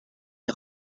est